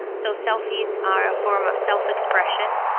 so selfies are a form of self-expression,